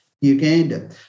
Uganda